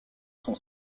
son